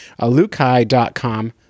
alukai.com